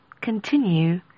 continue